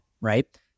right